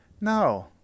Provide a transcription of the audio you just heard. no